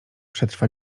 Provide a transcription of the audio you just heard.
przetrwa